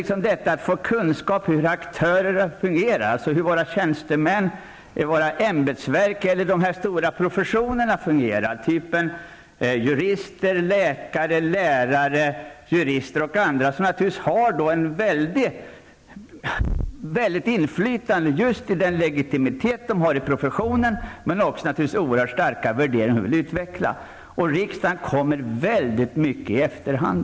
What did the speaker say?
Det gäller att få kunskap om hur aktörerna fungerar, dvs. hur tjänstemännen, ämbetsverken och de stora professionerna fungerar. Det kan vara jurister, läkare, lärare osv. De har ett stort inflytande tack vare den legitimitet de har i sin profession och egna starka värderingar som de vill utveckla. Riksdagen kommer mycket i efterhand.